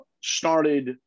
started